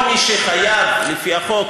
כל מי שחייב לגבות לפי החוק